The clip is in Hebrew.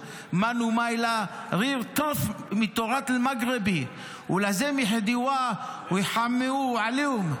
יהיו חלק מהתרבות המרוקאית וצריך לשמר אותם.)